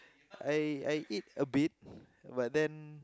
I I eat a bit but then